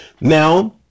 now